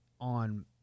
on